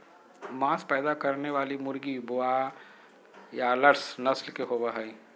मांस पैदा करने वाली मुर्गी ब्रोआयालर्स नस्ल के होबे हइ